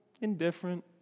indifferent